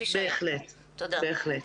בהחלט, בהחלט.